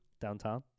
downtown